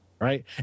right